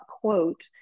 quote